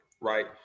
right